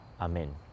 Amen